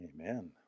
Amen